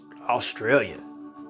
Australian